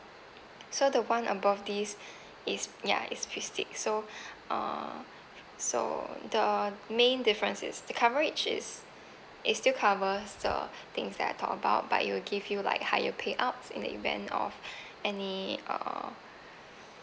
so the one above this is ya is prestige so uh so the main difference is the coverage is it still covers the things that I talk about but it'll give you like higher payouts in the event of any err